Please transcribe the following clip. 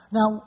Now